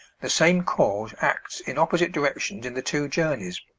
the same cause acts in opposite directions in the two journeys.